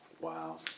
Wow